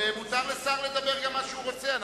ומותר לשר לומר מה שהוא רוצה.